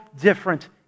different